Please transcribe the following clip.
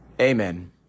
Amen